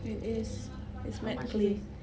it is it's matte clay